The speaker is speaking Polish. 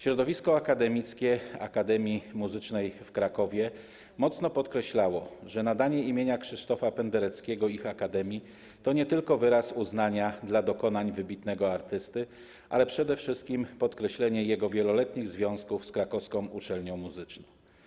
Środowisko akademickie Akademii Muzycznej w Krakowie mocno podkreślało, że nadanie imienia Krzysztofa Pendereckiego ich akademii to nie tylko wyraz uznania dla dokonań wybitnego artysty, ale przede wszystkim podkreślenie jego wieloletnich związków z krakowską uczelnią muzyczną.